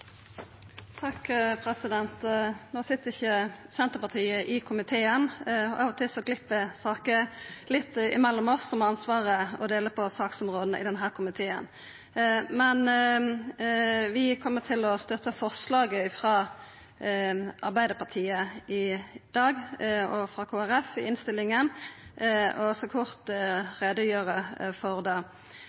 Senterpartiet i komiteen, og av og til glepp saker litt mellom oss som har ansvaret for å dela på saksområdet i denne komiteen. Vi kjem til å støtta forslaget i innstillinga frå Arbeidarpartiet og Kristeleg Folkeparti i dag, og eg skal kort gjera greie for det.